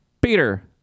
Peter